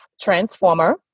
Transformer